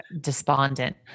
despondent